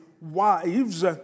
Wives